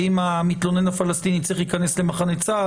האם המתלונן הפלסטיני צריך להיכנס למחנה צה"ל,